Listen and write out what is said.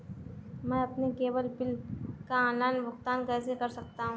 मैं अपने cable bill का ऑनलाइन भुगतान कैसे कर सकता हूं?